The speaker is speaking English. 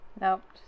Nope